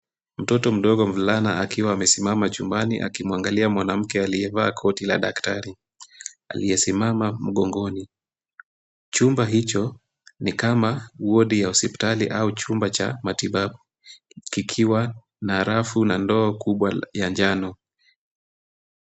Mtoto mdogo mvulana akiwa amesimama chumbani akimwangalia mwanamke aliyevaa koti la daktari aliyesimama mgongoni. Chumba hicho ni kama wodi ya hospitali au chumba cha matibabu ikiwa na rafu na ndoo kubwa ya njano.